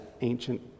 ancient